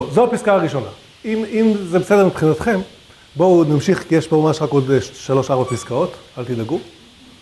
זו הפסקה הראשונה, אם זה בסדר מבחינתכם, בואו נמשיך כי יש פה ממש רק עוד שלוש/ארבע פסקאות, אל תדאגו